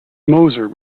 moser